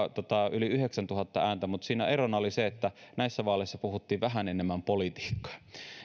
yli yhdeksäntuhatta ääntä mutta siinä erona oli se että näissä vaaleissa puhuttiin vähän enemmän politiikkaa